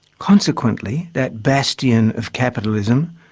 consequently, that bastion of capitalism,